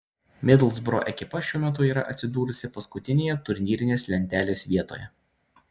midlsbro ekipa šiuo metu yra atsidūrusi paskutinėje turnyrinės lentelės vietoje